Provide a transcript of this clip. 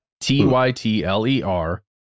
T-Y-T-L-E-R